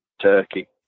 Turkey